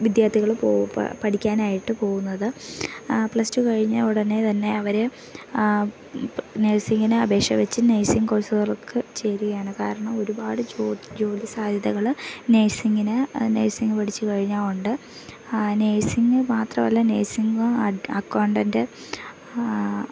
വിദ്യാർഥികൾ പഠിക്കാനായിട്ട് പോകുന്നത് പ്ലസ് ടു കഴിഞ്ഞ ഉടനെ തന്നെ അവർ നേഴ്സിങ്ങിന് അപേക്ഷ വച്ചു നേഴ്സിംഗ് കോഴ്സുകൾക്ക് ചേരുകയാണ് കാരണം ഒരുപാട് ജോലി സാധ്യതകൾ നേഴ്സിങ്ങിന് നേഴ്സിംഗ് പഠിച്ചു കഴിഞ്ഞാൽ ഉണ്ട് നേഴ്സിങ്ങ് മാത്രമല്ല നേഴ്സിംഗ് അക്കൗണ്ടൻറ്റ്